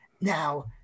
Now